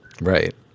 Right